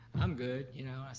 i'm good. you know, i say,